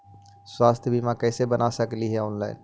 स्वास्थ्य बीमा कैसे बना सकली हे ऑनलाइन?